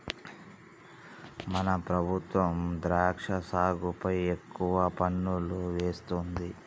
మన ప్రభుత్వం ద్రాక్ష సాగుపై ఎక్కువ పన్నులు వేస్తుంది